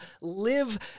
Live